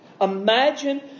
Imagine